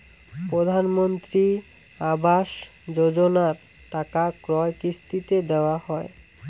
প্রধানমন্ত্রী আবাস যোজনার টাকা কয় কিস্তিতে দেওয়া হয়?